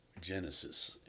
Genesis